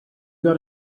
got